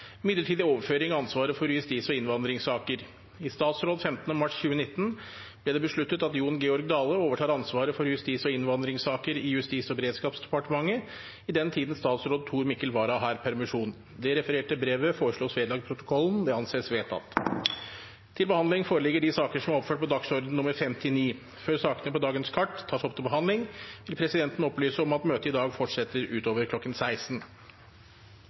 «Midlertidig overføring av ansvaret for justis- og innvandringssaker. I statsråd 15. mars 2019 ble det besluttet at Jon Georg Dale overtar ansvaret for justis- og innvandringssaker i Justis- og beredskapsdepartementet i den tiden statsråd Tor Mikkel Wara har permisjon.» Presidenten foreslår at det refererte brevet vedlegges protokollen. – Det anses vedtatt. Før sakene på dagens kart tas opp til behandling, vil presidenten opplyse om at møtet i dag fortsetter utover